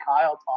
Kyle